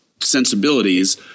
sensibilities